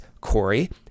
Corey